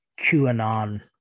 QAnon